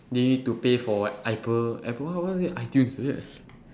you need to pay for what apple apple w~ what was it itunes is it